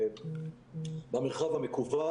אלימות במרחב המקוון.